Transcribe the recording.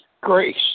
Grace